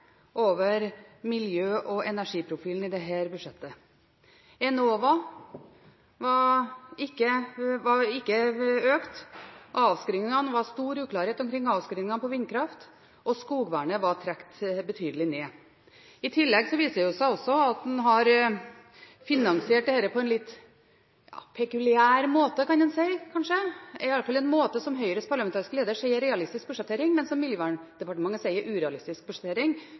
over miljø- og energiprofilen i dette budsjettet. Enova var ikke økt, det var stor uklarhet omkring avskrivningene på vindkraft, og skogvernet var trukket betydelig ned. I tillegg viser det seg også at en har finansiert dette på en litt pekuliær måte, kan en kanskje si – iallfall en måte som Høyres parlamentariske leder sier er realistisk budsjettering, men som Miljøverndepartementet sier er urealistisk budsjettering